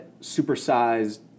Super-sized